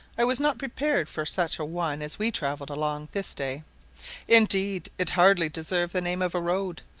i was not prepared for such a one as we travelled along this day indeed, it hardly deserved the name of a road,